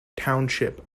township